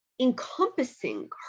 encompassing